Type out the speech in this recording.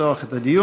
לפתוח את הדיון.